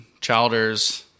Childers